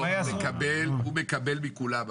הוא מקבל מכולם.